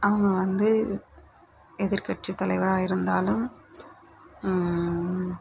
அவங்க வந்து எதிர் கட்சி தலைவராக இருந்தாலும்